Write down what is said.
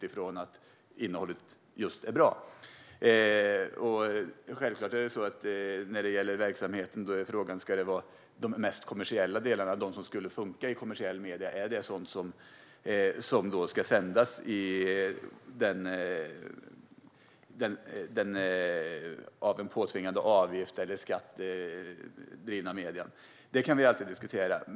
När det gäller verksamheten är frågan såklart om det som fungerar i kommersiella medier, de mest kommersiella delarna, är sådant som ska sändas i medier som drivs med hjälp av en påtvingad avgift eller skatt. Det kan vi alltid diskutera.